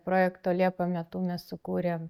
projekto liepa metu mes sukūrėm